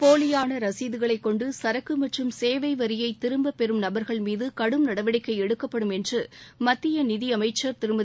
போலியான ரசீதுகளைக் கொண்டு சரக்கு மற்றும் சேவை வரியை திரும்பப் பெறும் நபர்கள்மீது கடும் நடவடிக்கை எடுக்கப்படும் என்று மத்திய நிதியமைச்சர் திருமதி